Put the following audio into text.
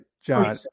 john